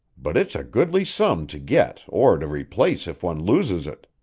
but it's a goodly sum to get or to replace if one loses it.